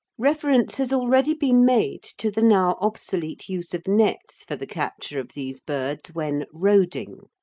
reference has already been made to the now obsolete use of nets for the capture of these birds when roding.